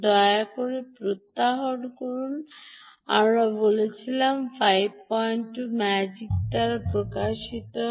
দয়া করে প্রত্যাহার করুন আমরা বলেছিলাম 52 ম্যাজিক দ্বারা প্রকাশিত হয়েছে